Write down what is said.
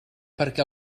perquè